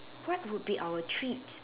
what would be our treats